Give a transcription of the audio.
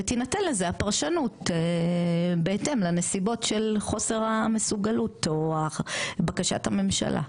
ותינתן לזה הפרשנות בהתאם לנסיבות של חוסר המסוגלות או בקשת הממשלה.